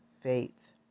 faith